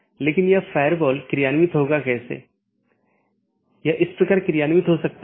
इसका मतलब है BGP कनेक्शन के लिए सभी संसाधनों को पुनःआवंटन किया जाता है